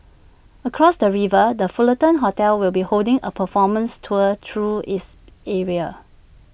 across the river the Fullerton hotel will be holding A performance tour through its area